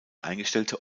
eingestellte